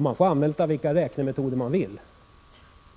Man får använda vilka räknemetoder man vill,